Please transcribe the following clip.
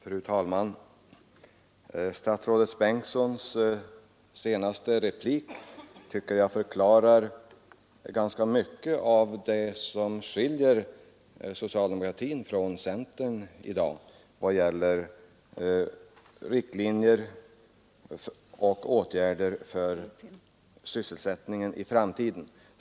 Fru talman! Statsrådet Bengtssons senaste replik förklarar mycket av skillnaderna mellan socialdemokratin och centern när det gäller riktlinjer och åtgärder för sysselsättningen i framtiden.